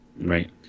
Right